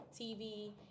TV